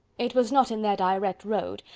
it was not in their direct road,